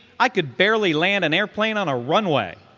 i could barely land an airplane on a runway.